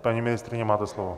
Paní ministryně, máte slovo.